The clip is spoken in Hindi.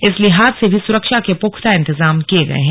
इस लिहाज से भी सुरक्षा के पुख्ता इंतजाम किये गए हैं